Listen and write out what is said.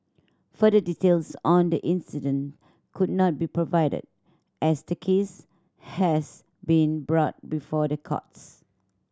further details on the incident could not be provided as the case has been brought before the courts